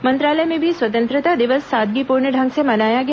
मंत्रालय में भी स्वतंत्रता दिवस सादगीपूर्ण ढंग से मनाया गया